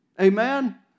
Amen